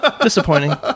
disappointing